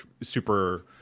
super